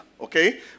Okay